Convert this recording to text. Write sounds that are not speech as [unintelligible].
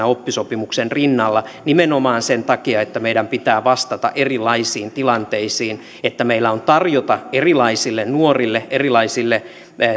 [unintelligible] oppisopimuksen rinnalla nimenomaan sen takia että meidän pitää vastata erilaisiin tilanteisiin niin että meillä on tarjota erilaisille nuorille erilaisille